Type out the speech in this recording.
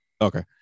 okay